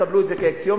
קבלו את זה כאקסיומה,